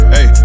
Hey